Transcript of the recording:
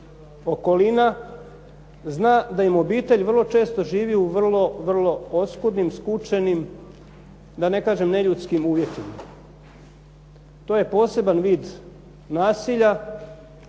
zna da im obitelj vrlo često živi u vrlo oskudnim, skučenim da ne kažem neljudskim uvjetima. To je poseban vid nasilja.